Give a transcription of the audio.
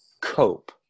cope